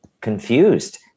confused